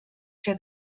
się